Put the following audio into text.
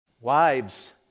Wives